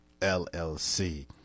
LLC